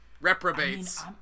reprobates